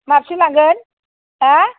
माबेसे लांगोन मा